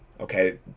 Okay